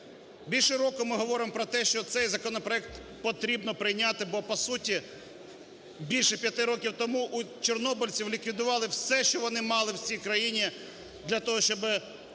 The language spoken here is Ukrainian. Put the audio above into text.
Більше року ми говоримо про те, що цей законопроект потрібно прийняти, бо по суті, більше п'яти років тому у чорнобильців ліквідували все, що вони мали в цій країні для того, щоби